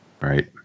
Right